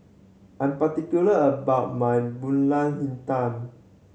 I'm particular about my Pulut Hitam